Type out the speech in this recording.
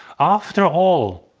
after all,